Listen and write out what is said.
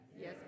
Yes